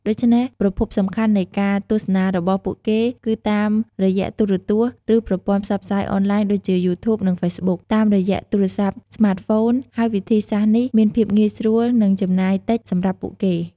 ដូច្នេះ ប្រភពសំខាន់នៃការទស្សនារបស់ពួកគេគឺតាមរយៈទូរទស្សន៍ ឬប្រព័ន្ធផ្សព្វផ្សាយអនឡាញ ដូចជា យូធូប និង ហ្វេសប៊ុក តាមរយៈទូរស័ព្ទស្មាតហ្វូន ហើយវិធីសាស្រ្តនេះមានភាពងាយស្រួល និងចំណាយតិចសម្រាប់ពួកគេ។។